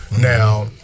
now